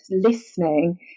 listening